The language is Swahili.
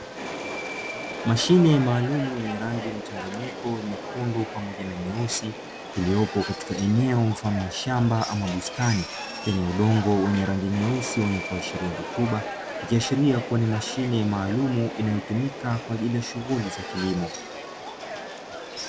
Mashine maalumu yenye rangi mchanganyiko nyekundu pamoja na nyeusi, iliyopo katika eneo mfano wa shamba ama bustani lenye udongo wenye rangi nyeusi wenye kuashiria rutuba, ikiashiria kuwa ni mashine maalumu inayotumika kwa ajili ya shughuli za kilimo.